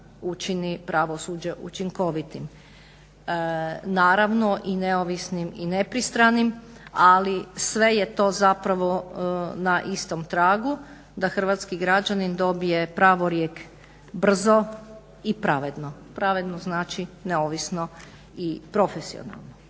učini pravosuđe učinkovitim. Naravno i neovisnim i nepristranim, ali sve je to zapravo na istom tragu da hrvatski građanin dobije pravorijek brzo i pravedno. Pravedno znači neovisno i profesionalno.